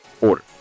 order